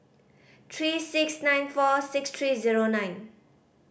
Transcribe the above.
three six nine four six three zero nine